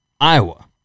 Iowa